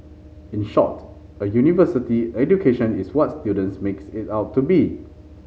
in short a university education is what students makes it out to be